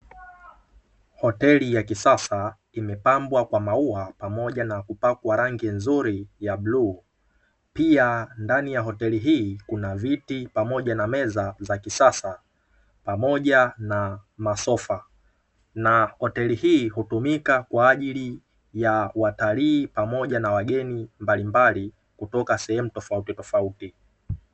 Hoteli ya kisasa imepambwa kwa maua pamoja na kupakwa rangi nzuri ya bluu. Pia ndani ya hoteli hii, kuna viti pamoja na meza za kisasa, pamoja na masofa. Na hoteli hii hutumika kwa ajili ya watalii pamoja na wageni mbalimbali, kutoka sehemu tofauti tofauti.